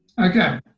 Okay